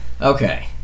Okay